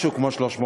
משהו כמו 350,